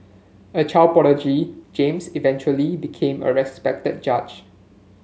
a child prodigy James eventually became a respected judge